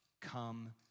Come